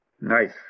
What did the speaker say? Nice